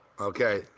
Okay